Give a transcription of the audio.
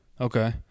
okay